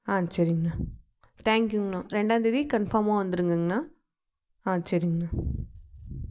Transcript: ஆ சரிங்கண்ணா தேங்க்கியூங்கண்ணா ரெண்டாம்தேதி கன்ஃபாமாக வந்துருங்கங்கண்ணா ஆ சரிங்கண்ணா